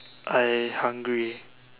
I hungry